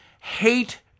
Hate